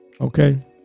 Okay